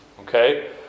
Okay